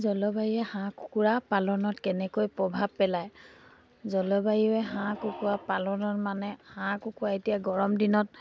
জলবায়ুয়ে হাঁহ কুকুৰা পালনত কেনেকৈ প্ৰভাৱ পেলায় জলবায়ুয়ে হাঁহ কুকুৰা পালনত মানে হাঁহ কুকুৰা এতিয়া গৰম দিনত